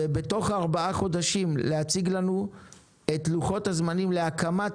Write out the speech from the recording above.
ובתוך ארבעה חודשים להציג לנו את לוחות הזמנים להקמת